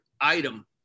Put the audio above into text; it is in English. item